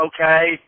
okay